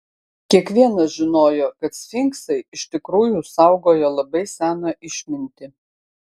kiekvienas žinojo kad sfinksai iš tikrųjų saugojo labai seną išmintį